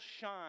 shine